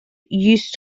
used